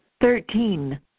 Thirteen